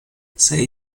sei